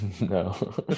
No